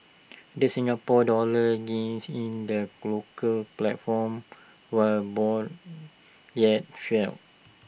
the Singapore dollar gained in the local platform while Bond yields fell